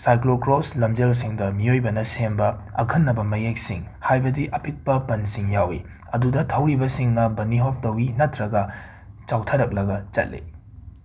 cyclocross ꯂꯝꯖꯦꯜꯁꯤꯡꯗ ꯃꯤꯌꯣꯏꯕꯅ ꯁꯦꯝꯕ ꯑꯈꯟꯅꯕ ꯃꯌꯦꯛꯁꯤꯡ ꯍꯥꯏꯕꯗꯤ ꯑꯄꯤꯛꯄ ꯄꯟꯁꯤꯡ ꯌꯥꯥꯎꯏ ꯑꯗꯨꯗ ꯊꯧꯔꯤꯕꯁꯤꯡꯅ ꯕꯟꯅꯤ ꯍꯣꯞ ꯇꯧꯏ ꯅꯇ꯭ꯔꯒ ꯆꯥꯎꯊꯔꯛꯂꯒ ꯆꯠꯂꯤ